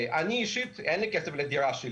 לי אישית אין כסף לדירה,